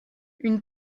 une